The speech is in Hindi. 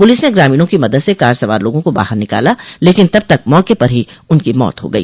पुलिस ने ग्रामीणों की मदद से कार सवार लोगों को बाहर निकाला लेकिन तब तक मौके पर ही उनकी मौत हो गई